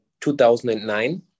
2009